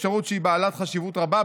אפשרות שהיא בעלת חשיבות רבה,